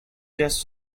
just